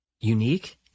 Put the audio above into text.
unique